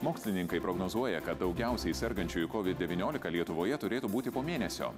mokslininkai prognozuoja kad daugiausiai sergančiųjų covid devyniolika lietuvoje turėtų būti po mėnesio